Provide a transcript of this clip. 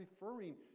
referring